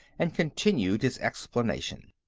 and continued his explanation.